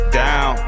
down